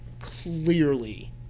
clearly